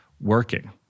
working